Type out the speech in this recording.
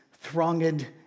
thronged